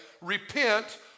Repent